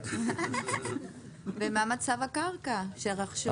ומה מצב הקרקע שרכשו.